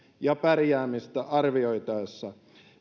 ja pärjäämistä arvioitaessa